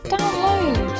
Download